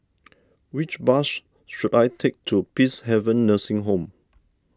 which bus should I take to Peacehaven Nursing Home